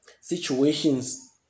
situations